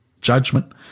judgment